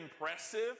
impressive